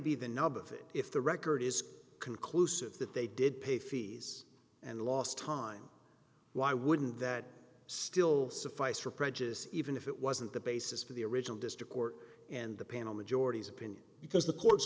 be the nub of it if the record is conclusive that they did pay fees and lost time why wouldn't that still suffice for prejudice even if it wasn't the basis for the original district court and the panel majority's opinion because the court